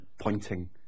pointing